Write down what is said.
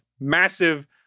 massive